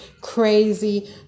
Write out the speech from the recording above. crazy